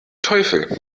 teufel